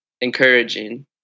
encouraging